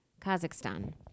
Kazakhstan